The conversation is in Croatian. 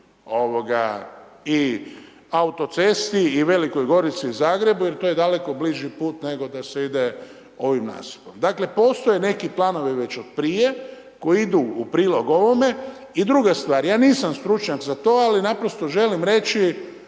i autocesti i Velikoj Gorici, Zagrebu, jer to je daleko bliži put nego da se ide ovim nasipom. Dakle postoje neki planovi već od prije, koji idu u prilog ovome. I druga stvar, ja nisam stručnjak za to ali naprosto želim reći